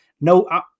no –